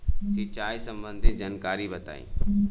सिंचाई संबंधित जानकारी बताई?